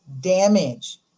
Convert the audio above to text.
damage